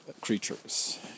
creatures